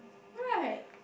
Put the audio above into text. right